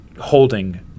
holding